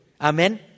Amen